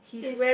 is